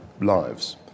lives